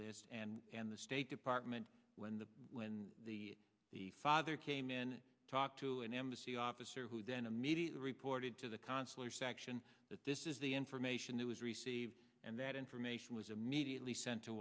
list and the state department when the when the the father came in talk to an embassy officer who then immediately reported to the consular section that this is the information that was received and that information was immediately sent to